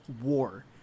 war